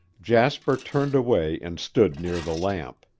jasper turned away and stood near the lamp.